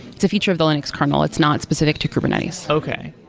it's a feature of the linux kernel. it's not specific to kubernetes okay.